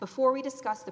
before we discuss the